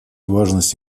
важность